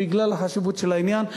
בגלל חשיבות העניין,